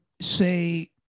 say